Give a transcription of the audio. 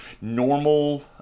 normal